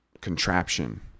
contraption